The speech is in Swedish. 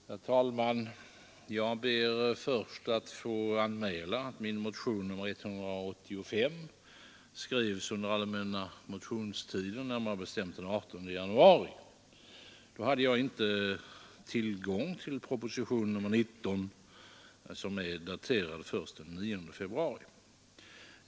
Herr talman! Jag ber först att få anmäla att min motion nr 185 skrevs under allmänna motionstiden, närmare bestämt den 18 januari. Då hade jag alltså inte tillgång till propositionen 19, som är daterad först den 9 februari.